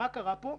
מה קרה פה?